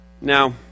Now